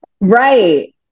right